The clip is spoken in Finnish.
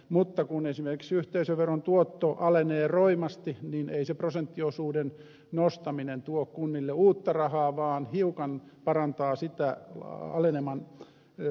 mutta kun esimerkiksi yhteisöveron tuotto alenee roimasti niin ei se prosenttiosuuden nostaminen tuo kunnille uutta rahaa vaan hiukan parantaa aleneman syvyyttä